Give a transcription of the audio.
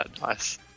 Nice